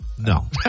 No